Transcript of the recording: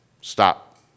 Stop